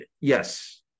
Yes